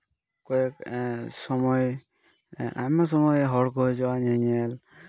ᱠᱚᱭᱮᱠ ᱥᱚᱢᱚᱭ ᱟᱭᱢᱟ ᱥᱚᱢᱚᱭ ᱦᱚᱲ ᱠᱚ ᱦᱟᱡᱩᱜᱼᱟ ᱧᱮᱼᱧᱮᱞ